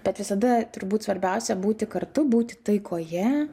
bet visada turbūt svarbiausia būti kartu būti taikoje